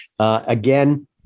Again